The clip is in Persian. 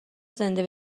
زنده